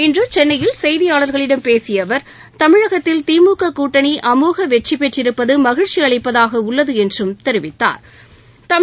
இன்று சென்னையில் செய்தியாளாகளிடம் பேசிய அவா் தமிழகத்தில் திமுக கூட்டணி அமோக வெற்றிபெற்றிருப்பது மகிழ்ச்சி அளிப்பதாக உள்ளது என்றும் தெரிவித்தாா்